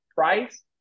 price